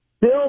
Bill